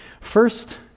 First